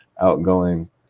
outgoing